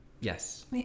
Yes